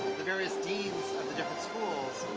the various deans of the different schools,